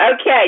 Okay